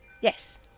yes